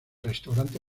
restaurante